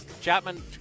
Chapman